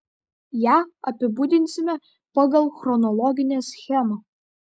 ją apibūdinsime pagal chronologinę schemą